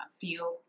feel